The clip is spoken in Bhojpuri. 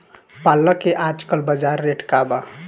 पालक के आजकल बजार रेट का बा?